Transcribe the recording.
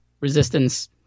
Resistance